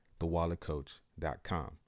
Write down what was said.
thewalletcoach.com